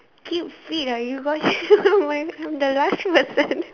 keep fit ah you got see I'm the last person